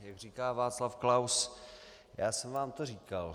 Jak říká Václav Klaus, já jsem vám to říkal.